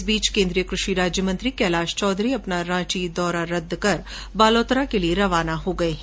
इस बीच केन्द्रीय कृषि राज्य मंत्री कैलाश चौधरी अपना रांची दौरा रद्द कर बालोतरा के लिये रवाना हो गये हैं